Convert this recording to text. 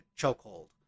chokehold